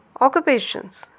occupations